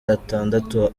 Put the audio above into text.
atandatu